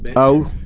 but oh!